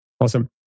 Awesome